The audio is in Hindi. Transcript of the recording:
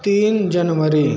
तीन जनवरी